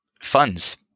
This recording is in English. funds